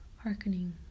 hearkening